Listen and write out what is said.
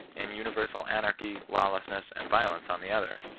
and universal anarchy, lawlessness, and violence on the other.